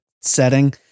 setting